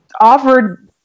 offered